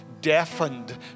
deafened